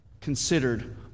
considered